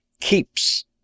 Keeps